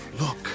Look